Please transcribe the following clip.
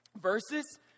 verses